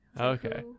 okay